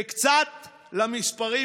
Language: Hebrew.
וקצת למספרים,